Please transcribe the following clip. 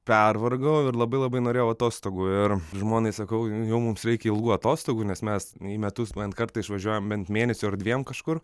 pervargau ir labai labai norėjau atostogų ir žmonai sakau jau mums reikia ilgų atostogų nes mes nei metus bent kartą išvažiuojam bent mėnesiui ar dviem kažkur